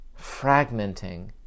fragmenting